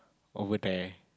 over there